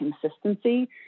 consistency